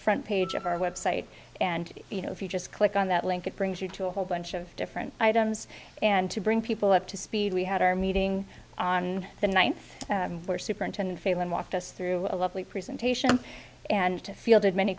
front page of our website and you know if you just click on that link it brings you to a whole bunch of different items and to bring people up to speed we had our meeting on the ninth or superintendent fail and walked us through a lovely presentation and fielded many